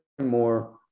more